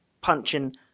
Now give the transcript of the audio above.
punching